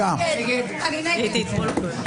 מי נמנע?